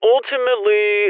Ultimately